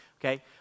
Okay